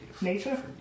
Nature